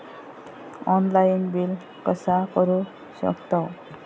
Online bill कसा करु शकतव?